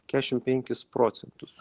kešim penkis procentus